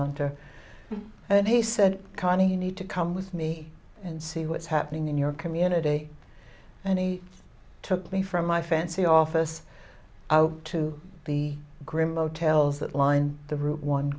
headhunter and he said carney you need to come with me and see what's happening in your community and he took me from my fancy office out to the grim motels that lined the route one